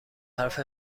حرف